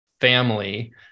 family